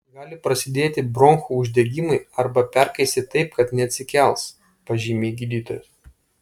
gali prasidėti bronchų uždegimai arba perkaisti taip kad neatsikels pažymi gydytojas